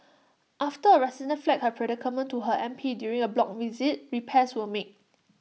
after A resident flagged her predicament to her M P during A block visit repairs were made